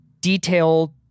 detail